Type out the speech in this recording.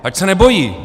Ať se nebojí!